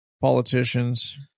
politicians